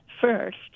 first